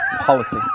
policy